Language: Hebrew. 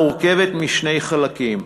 מורכבת משני חלקים.